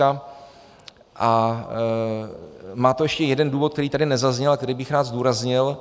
A má to ještě jeden důvod, který tady nezazněl a který bych rád zdůraznil.